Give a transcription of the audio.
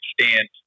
stand